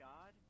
God